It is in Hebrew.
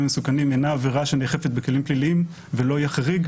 המסוכנים אינה עבירה שנאכפת בכלים פלילים ולא יהיה חריג,